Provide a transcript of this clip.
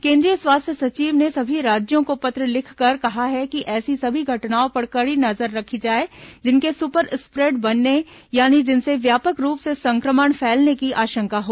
केन्द्रीय स्वास्थ्य सचिव ने सभी राज्यों को पत्र लिखकर कहा है कि ऐसी सभी घटनाओं पर कड़ी नजर रखी जाए जिनके सुपर स्प्रेडर बनने यानी जिनसे व्यापक रूप से संक्रमण फैलने की आशंका हो